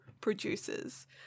producers